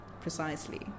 Precisely